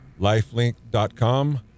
lifelink.com